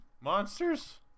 Monsters